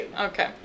Okay